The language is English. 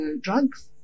drugs